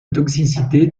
toxicité